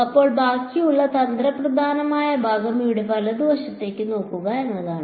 അപ്പോൾ ബാക്കിയുള്ള തന്ത്രപ്രധാനമായ ഭാഗം ഇവിടെ വലതുവശത്തേക്ക് നോക്കുക എന്നതാണ്